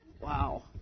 Wow